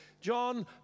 John